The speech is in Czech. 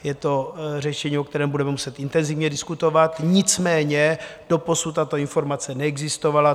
Je to řešení, o kterém budeme muset intenzivně diskutovat, nicméně doposud tato informace neexistovala.